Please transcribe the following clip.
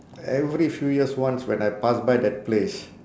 every few years once when I pass by that place